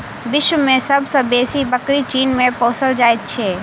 विश्व मे सब सॅ बेसी बकरी चीन मे पोसल जाइत छै